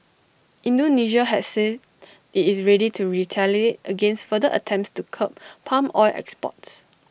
Indonesia has said IT is ready to retaliate against further attempts to curb palm oil exports